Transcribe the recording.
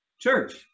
Church